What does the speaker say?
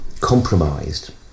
compromised